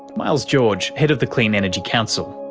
miles george, head of the clean energy council.